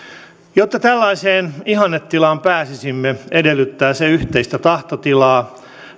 jotta tällaiseen ihannetilaan pääsisimme edellyttää se yhteistä tahtotilaa